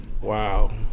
Wow